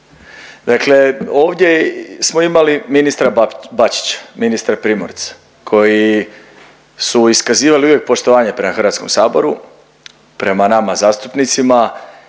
Dakle, ovdje smo imali ministra Bačića, ministra Primorca koji su uvijek iskazivali poštovane prema HS-u, prema nama zastupnicima